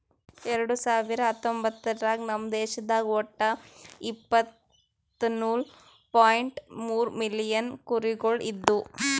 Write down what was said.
ಎರಡು ಸಾವಿರ ಹತ್ತೊಂಬತ್ತರಾಗ ನಮ್ ದೇಶದಾಗ್ ಒಟ್ಟ ಇಪ್ಪತ್ನಾಲು ಪಾಯಿಂಟ್ ಮೂರ್ ಮಿಲಿಯನ್ ಕುರಿಗೊಳ್ ಇದ್ದು